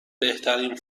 بهترین